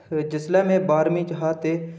जिसलै मैं बाह्रमीं च हा ते